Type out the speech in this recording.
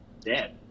dead